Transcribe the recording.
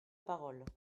parole